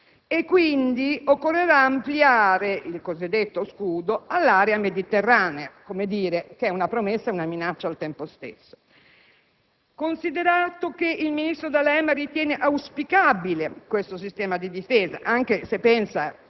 e, quindi, occorrerà ampliare il cosiddetto scudo all'area mediterranea, che è una promessa e una minaccia al tempo stesso; considerato che il ministro D'Alema ritiene «auspicabile questo sistema di difesa», anche se pensa